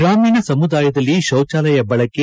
ಗ್ರಾಮೀಣ ಸಮುದಾಯದಲ್ಲಿ ಶೌಚಾಲಯ ಬಳಕೆ